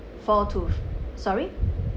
four to sorry